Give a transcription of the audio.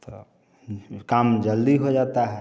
तो काम जल्दी हो जाता है